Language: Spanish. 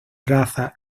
raza